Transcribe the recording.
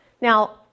Now